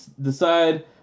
decide